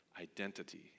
identity